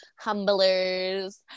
humblers